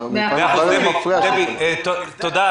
תודה.